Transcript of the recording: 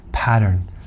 pattern